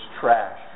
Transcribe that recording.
trash